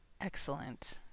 Excellent